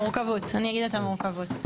אני אגיד את המורכבות.